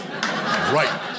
Right